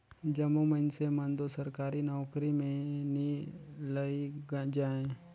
जम्मो मइनसे मन दो सरकारी नउकरी में नी लइग जाएं